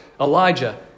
Elijah